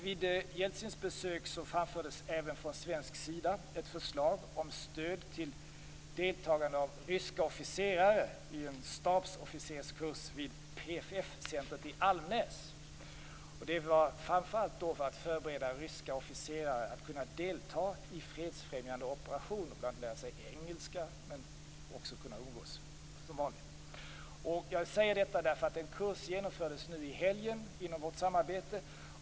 Vid Jeltsins besök framfördes även från svensk sida ett förslag om stöd till deltagande av ryska officerare i en stabsofficerskurs vid PFF-centret i Almnäs. Detta gjordes framför allt för att förbereda ryska officerare för att kunna delta i fredsfrämjande operationer. De gällde bl.a. att lära sig engelska, men också att kunna umgås på vanligt sätt. Jag säger detta därför att en kurs genomfördes nu i helgen inom vårt samarbete.